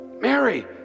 Mary